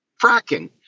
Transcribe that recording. fracking